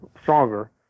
stronger